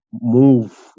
move